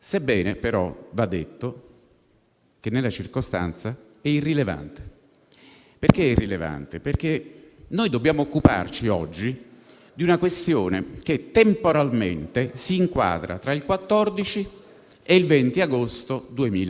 In questo arco temporale abbiamo una situazione politica abbastanza delineata e definita, poiché dal giorno 8 il senatore Salvini aveva, masochisticamente direi, minacciato di staccare la spina